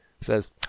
says